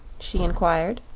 she inquired.